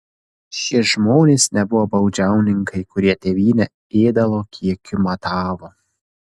šie žmonės nebuvo baudžiauninkai kurie tėvynę ėdalo kiekiu matavo